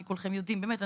כי כולכם יושבים.